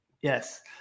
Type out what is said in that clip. Yes